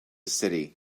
city